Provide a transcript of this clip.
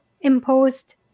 imposed